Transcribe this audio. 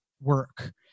work